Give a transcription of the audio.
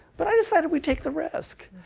but i decided we'd take the risk.